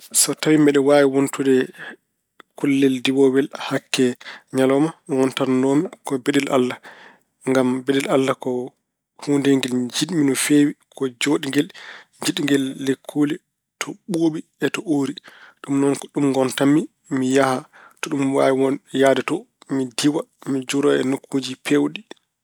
So tawi mbeɗa waawi wontude kullel diwoowel hakke ñalawma ngonannoo-mi beɗel Allah. Ngam beɗel Allah ko huundeyel ngel jiɗmi no feewi. Ko joɗngel, jiɗngel lekkuule, to ɓuuɓi, e to uuri. Ɗum noon ko ɗum ngontammi mi yaha to ɗum waawi won- yahde to, mi diwa e nokkuuji peewɗi.